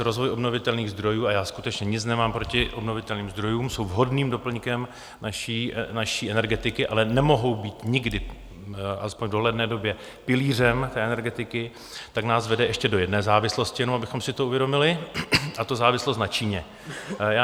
Rozvoj obnovitelných zdrojů, a já skutečně nic nemám proti obnovitelným zdrojům, jsou vhodným doplňkem naší energetiky, ale nemohou být nikdy, aspoň v dohledné době, pilířem energetiky, tak nás vede ještě do jedné závislosti, jenom abychom si to uvědomili, a to závislost na Číně.